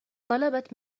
طلبت